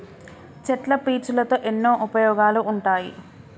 చెట్ల పీచులతో ఎన్నో ఉపయోగాలు ఉంటాయి